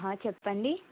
హ చెప్పండి